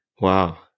Wow